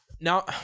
now